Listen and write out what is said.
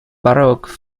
baroque